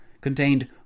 contained